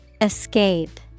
Escape